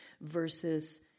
versus